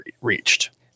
reached